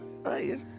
Right